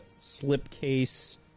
slipcase